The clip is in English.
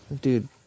dude